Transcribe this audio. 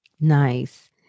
Nice